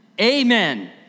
amen